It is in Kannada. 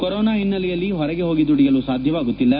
ಕೋರೋನಾ ಹಿನ್ನಲೆಯಲ್ಲಿ ಹೊರಗೆ ಹೋಗಿ ದುಡಿಯಲು ಸಾಧ್ಯವಾಗುತ್ತಿಲ್ಲ